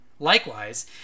Likewise